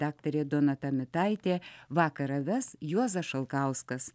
daktarė donata mitaitė vakarą ves juozas šalkauskas